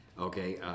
Okay